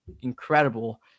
incredible